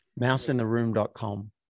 Mouseintheroom.com